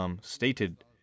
stated